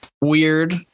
weird